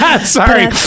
Sorry